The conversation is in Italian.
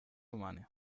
umane